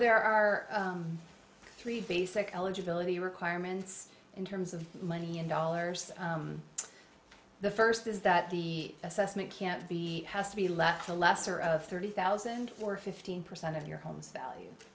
there are three basic eligibility requirements in terms of money in dollars the first is that the assessment can't be has to be left to the lesser of thirty thousand or fifteen percent of your home's value